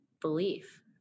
belief